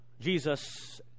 Jesus